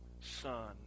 son